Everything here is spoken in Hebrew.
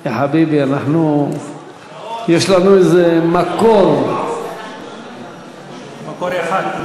יא חביבי, אנחנו, יש לנו איזה מקור, מקור אחד.